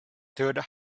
third